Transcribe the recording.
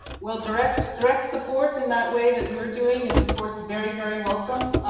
well, direct direct support in that way that you're doing is of course very, very welcome.